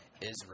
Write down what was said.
Israel